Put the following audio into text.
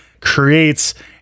creates